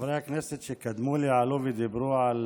חברי הכנסת שקדמו לי עלו ודיברו על